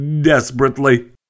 Desperately